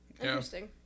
Interesting